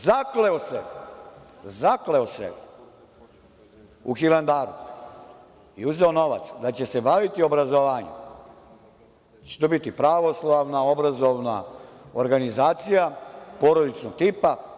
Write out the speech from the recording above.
Zakleo se u Hilandaru i uzeo novac da će se baviti obrazovanjem, da će to biti pravoslavna, obrazovna organizacija, porodičnog tipa.